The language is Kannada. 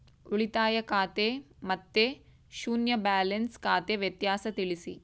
ಉಳಿತಾಯ ಖಾತೆ ಮತ್ತೆ ಶೂನ್ಯ ಬ್ಯಾಲೆನ್ಸ್ ಖಾತೆ ವ್ಯತ್ಯಾಸ ತಿಳಿಸಿ?